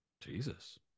Jesus